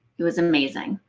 it was amazing.